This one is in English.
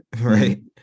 right